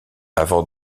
avant